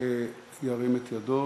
ירים את ידו.